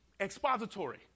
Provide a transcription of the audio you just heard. Expository